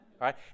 right